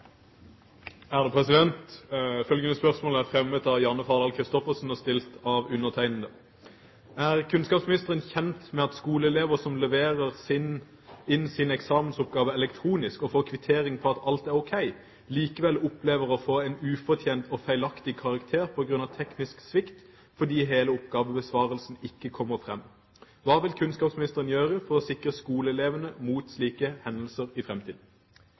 Følgende spørsmål er fremmet av Janne Fardal Kristoffersen og stilles av undertegnede: «Er statsråden kjent med at skoleelever som leverer inn sin eksamensoppgave elektronisk og får kvittering på at alt er ok, likevel opplever å få en ufortjent og feilaktig karakter